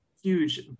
huge